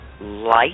light